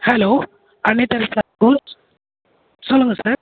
hello அன்னை Teresa school சொல்லுங்கள் sir